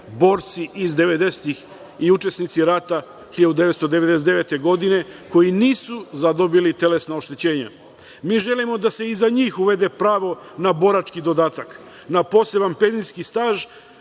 borci iz devedesetih i učesnici rata 1999. godine, koji nisu zadobili telesna oštećenja. Mi želimo da se i za njih uvede pravo na borački dodatak, na posebni penzijski staž,